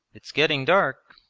it's getting dark.